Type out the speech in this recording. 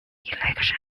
election